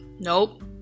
Nope